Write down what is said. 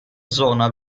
zona